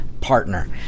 partner